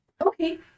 Okay